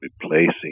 replacing